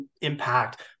impact